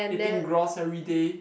eating grass everyday